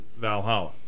Valhalla